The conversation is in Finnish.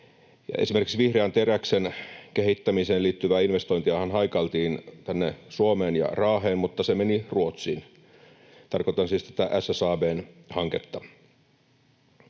Esimerkiksi vihreän teräksen kehittämiseen liittyvää investointiahan haikailtiin tänne Suomeen ja Raaheen, mutta se meni Ruotsiin — tarkoitan siis tätä SSAB:n hanketta.